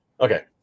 okay